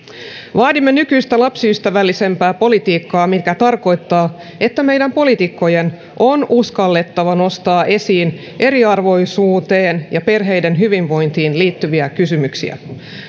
vaadimme nykyistä lapsiystävällisempää politiikkaa mikä tarkoittaa että meidän poliitikkojen on uskallettava nostaa esiin eriarvoisuuteen ja perheiden hyvinvointiin liittyviä kysymyksiä